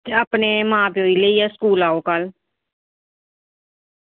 ते अरपने मां प्योऽ गी लेइयै स्कूल आवो कल्ल